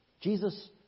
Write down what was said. Jesus